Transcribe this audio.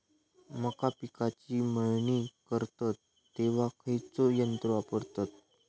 मका पिकाची मळणी करतत तेव्हा खैयचो यंत्र वापरतत?